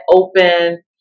open